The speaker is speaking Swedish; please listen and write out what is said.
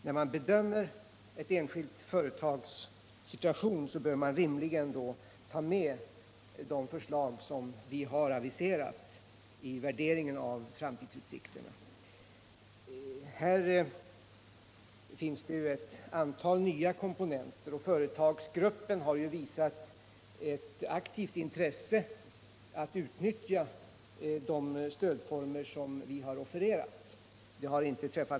När man bedömer ett enskilt företags situation bör man väl rimligen ta med de förslag som har aviserats vid värderingen av framtidsutsikterna! Här finns det ett antal nya komponenter, och företagsgruppen har visat aktivt intresse för att utnyttja de stödformer som vi har offererat.